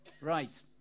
Right